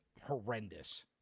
horrendous